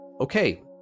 Okay